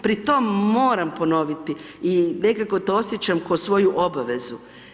Pri tome moram ponoviti i nekako to osjećam kao svoju obavezu.